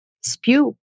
spew